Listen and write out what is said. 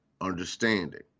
understanding